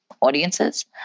audiences